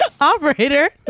Operator